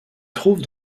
trouve